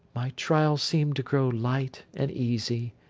my trial seemed to grow light and easy.